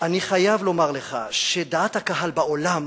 אני חייב לומר לך שדעת הקהל בעולם